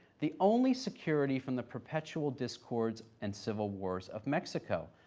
the only security from the perpetual discords and civil wars of mexico.